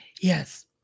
yes